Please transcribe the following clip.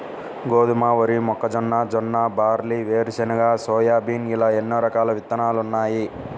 గోధుమ, వరి, మొక్కజొన్న, జొన్న, బార్లీ, వేరుశెనగ, సోయాబీన్ ఇలా ఎన్నో రకాల విత్తనాలున్నాయి